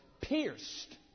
pierced